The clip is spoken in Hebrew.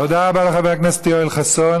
תודה רבה לחבר הכנסת יואל חסון.